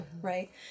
right